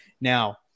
Now